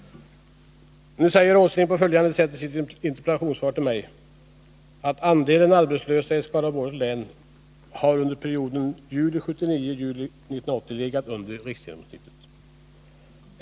Nu säger Nils Åsling i sitt interpellationssvar till mig: ”Andelen arbetslösa i Skaraborgs län har under perioden juli 1979-juli 1980 legat under riksgenomsnittet.